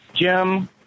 Jim